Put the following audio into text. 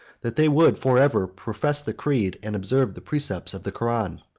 that they would forever profess the creed, and observe the precepts, of the koran.